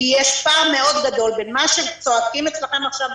כי יש פער מאוד גדול בין מה שהם צועקים אצלכם עכשיו בכנסת,